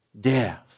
death